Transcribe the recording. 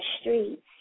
streets